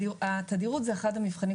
התדירות היא אחד המבחנים.